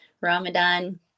Ramadan